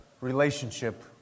relationship